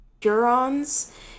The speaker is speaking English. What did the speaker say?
purons